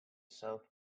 south